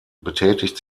betätigt